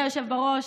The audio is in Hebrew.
אדוני היושב בראש,